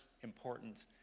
important